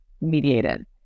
mediated